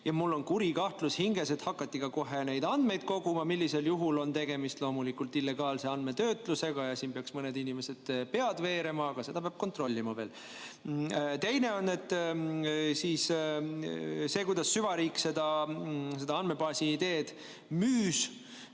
Mul on kuri kahtlus hinges, et hakati ka kohe neid andmeid koguma, millisel juhul on tegemist illegaalse andmetöötlusega. Siin peaks mõnede inimeste pead veerema, aga seda peab veel kontrollima. Teiseks, see, kuidas süvariik seda andmebaasi ideed müüs,